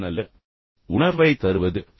அந்த நல்ல உணர்வைத் தருவது